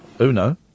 Uno